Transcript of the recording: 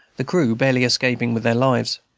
the crew barely escaping with their lives.